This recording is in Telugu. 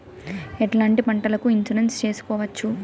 ఎట్లాంటి పంటలకు ఇన్సూరెన్సు చేసుకోవచ్చు?